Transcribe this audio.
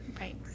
Right